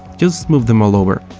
just move them all over.